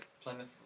Plymouth